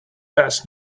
does